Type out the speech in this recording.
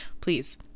please